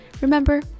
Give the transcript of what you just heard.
remember